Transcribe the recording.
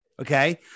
Okay